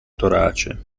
torace